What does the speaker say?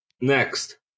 Next